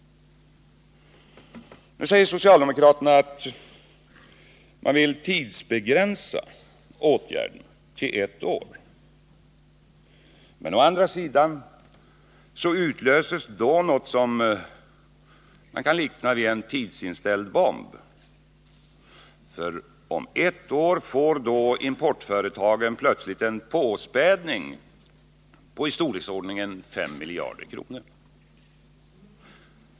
Nu säger socialdemokraterna att de vill tidsbegränsa åtgärden till ett år. Men då utlöses något som kan liknas vid en tidsinställd bomb, ty om ett år får importföretagen plötsligt en påspädning av storleksordningen 5 miljarder kronor.